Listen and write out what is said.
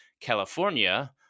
California